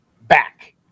back